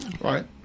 Right